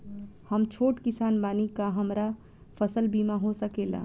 हम छोट किसान बानी का हमरा फसल बीमा हो सकेला?